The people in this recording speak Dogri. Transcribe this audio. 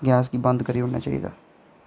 गैस गी बंद करी ओड़ना चाहिदा